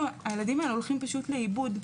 הילדים האלה הולכים לאיבוד,